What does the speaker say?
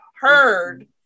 heard